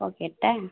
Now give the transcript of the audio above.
ପ୍ୟାକେଟ୍ଟା